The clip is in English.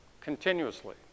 continuously